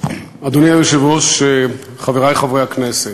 אדוני היושב-ראש, חברי חברי הכנסת,